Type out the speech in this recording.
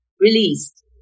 released